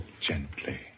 gently